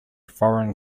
foreign